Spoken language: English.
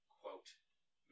quote